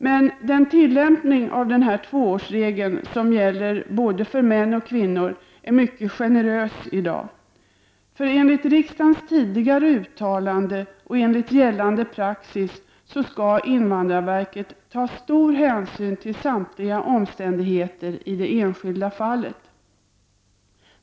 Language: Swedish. Men den tillämpning av tvåårsregeln som gäller för både män och kvinnor är mycket generös i dag. Enligt riksdagens tidigare uttalande och enligt gällande praxis skall invandrarverket ta stor hänsyn till samtliga omständigheter i det enskilda fallet.